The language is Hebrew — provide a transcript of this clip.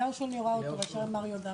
אפשר לתת לדבר לאליהו בבקשה.